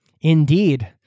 indeed